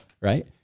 right